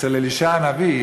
אצל אלישע הנביא,